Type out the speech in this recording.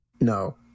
no